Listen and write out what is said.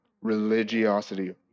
Religiosity